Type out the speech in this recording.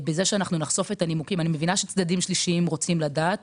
בזה שנחשוף את הנימוקים אני מבינה שצדדים שלישיים רוצים לדעת.